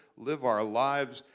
live our lives,